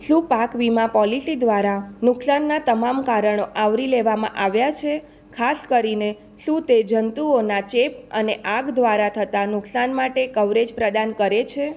શું પાક વીમા પોલિસી દ્વારા નુકસાનનાં તમામ કારણો આવરી લેવામાં આવ્યાં છે ખાસ કરીને શું તે જંતુઓના ચેપ અને આગ દ્વારા થતાં નુકસાન માટે કવરેજ પ્રદાન કરે છે